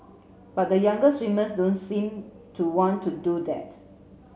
but the younger swimmers don't seem to want to do that